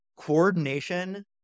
Coordination